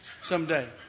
someday